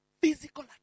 Physical